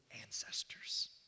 ancestors